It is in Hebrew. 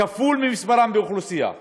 לכפול ממספרם באוכלוסייה.